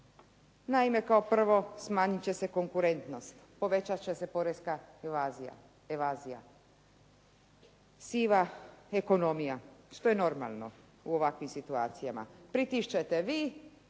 Naime, kao prvo smanjit će se konkurentnost, povećat će se poreska evazija. Siva ekonomija, što je normalno u ovakvim situacijama. Pritišćete vi,